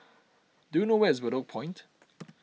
do you know where is Bedok Point